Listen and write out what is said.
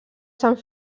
sant